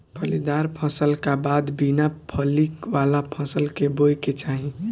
फलीदार फसल का बाद बिना फली वाला फसल के बोए के चाही